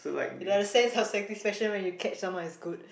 there's a sense of satisfaction when you catch someone is good